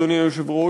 אדוני היושב-ראש,